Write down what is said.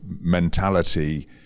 mentality